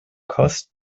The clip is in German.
kost